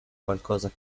qualcosa